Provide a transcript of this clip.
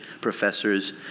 professors